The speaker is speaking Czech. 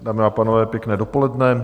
Dámy a pánové, pěkné dopoledne.